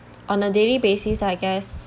on a daily basis I guess